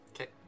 Okay